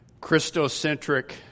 Christocentric